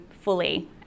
fully